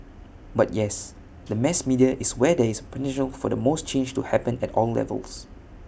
but yes the mass media is where there is potential for the most change to happen at all levels